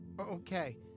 Okay